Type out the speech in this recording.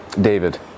David